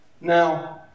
Now